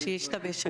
או שהשתבש הכול.